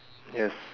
yes